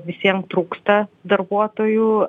visiem trūksta darbuotojų